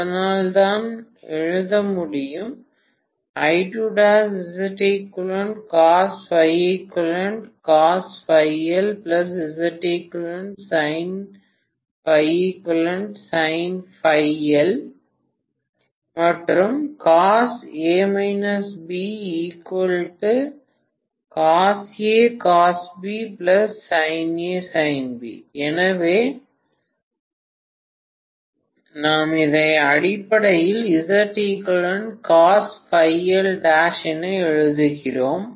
அதனால் நான் எழுத முடியும் எனவே நாம் இதை அடிப்படையில் எழுதப் போகிறோம்